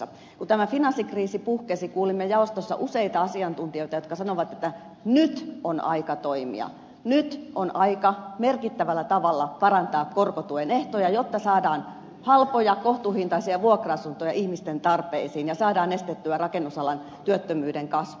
kun tämä finanssikriisi puhkesi kuulimme jaostossa useita asiantuntijoita jotka sanoivat että nyt on aika toimia nyt on aika merkittävällä tavalla parantaa korkotuen ehtoja jotta saadaan halpoja kohtuuhintaisia vuokra asuntoja ihmisten tarpeisiin ja saadaan estettyä rakennusalan työttömyyden kasvu